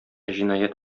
җинаять